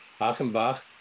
Achenbach